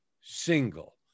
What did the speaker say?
single